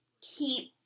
keep